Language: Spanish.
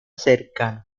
cercano